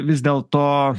vis dėlto